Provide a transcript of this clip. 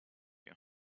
you